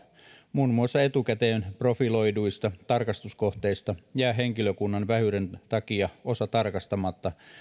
muun muassa etukäteen profiloiduista tarkastuskohteista jää henkilökunnan vähyyden takia osa tarkastamatta